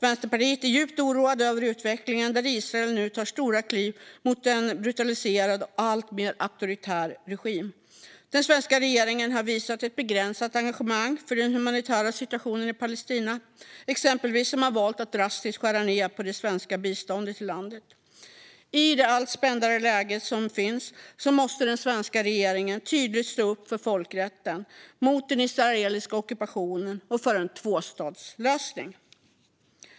Vänsterpartiet är djupt oroat över utvecklingen, där Israel nu tar stora kliv mot en brutaliserad och alltmer auktoritär regim. Den svenska regeringen har visat ett begränsat engagemang för den humanitära situationen i Palestina. Exempelvis har man valt att drastiskt skära ned på det svenska biståndet till landet. I det allt spändare läget måste den svenska regeringen tydligt stå upp för folkrätten, mot den israeliska ockupationen och för en tvåstatslösning.